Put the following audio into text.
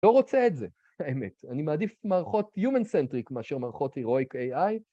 ‫לא רוצה את זה, האמת. ‫אני מעדיף את מערכות היומן-סנטריק ‫מאשר מערכות הירואיק איי-איי.